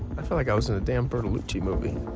i felt like i was in a damn bertolucci movie.